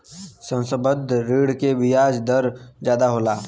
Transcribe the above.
संबंद्ध ऋण के बियाज दर जादा होला